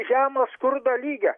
žemo skurdo lygio